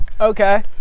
Okay